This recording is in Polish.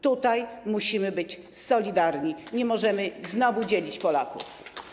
Tutaj musimy być solidarni, nie możemy znowu dzielić Polaków.